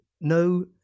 No